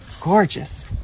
Gorgeous